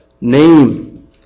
name